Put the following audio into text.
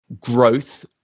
growth